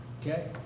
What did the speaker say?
Okay